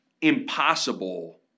impossible